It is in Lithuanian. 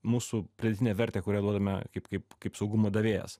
mūsų pridėtinę vertę kurią duodame kaip kaip kaip saugumo davėjas